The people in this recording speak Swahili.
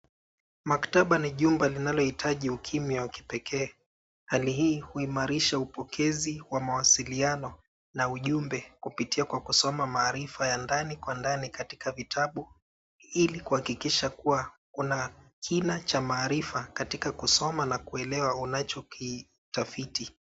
Maktaba ni jumba linalohitaji ukimya wa kipekee . Hali hii huimarisha upokezi wa mawasiliano na ujumbe kupitia kwa kusoma maarifa ya ndani kwa ndani kitaka vitabu, ili kuhakikisha kuwa kuna kina cha maarifa katika kusoma na kueelewa unachokitafiti.